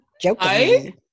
Joking